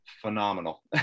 phenomenal